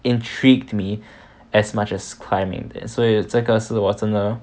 intrigued me as much as climbing 所以这个是我真的